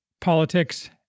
politics